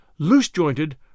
Loose-jointed